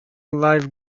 live